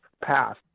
path